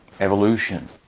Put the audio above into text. Evolution